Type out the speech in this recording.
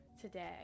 today